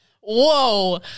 Whoa